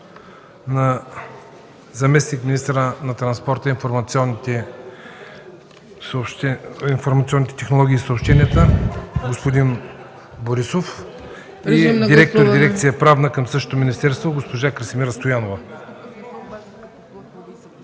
на заместник-министъра на транспорта, информационните технологии и съобщенията господин Борисов и директор на дирекция „Правна” към същото министерство – госпожа Красимира Стоянова.